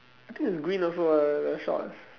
I think it's green also ah the shorts